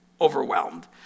overwhelmed